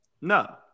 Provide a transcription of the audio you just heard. No